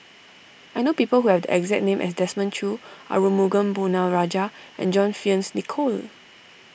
I know people who have the exact name as Desmond Choo Arumugam Ponnu Rajah and John Fearns Nicoll